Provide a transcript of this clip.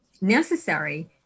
necessary